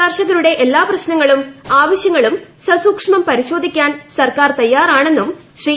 കർഷകരുട്ടി എല്ല്ം പ്രശ്നങ്ങളും ആവശ്യങ്ങളും സസൂക്ഷ്മം പരിശോധിക്കാൻ സർക്കാർ തയ്യാറാണെന്നും ശ്രീ